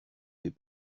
des